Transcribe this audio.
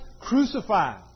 crucified